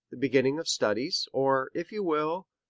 the beginning of studies, or, if you will,